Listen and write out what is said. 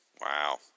Wow